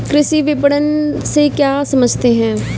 कृषि विपणन से क्या समझते हैं?